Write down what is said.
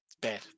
bad